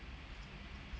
mm